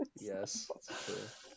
Yes